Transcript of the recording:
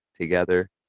together